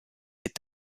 est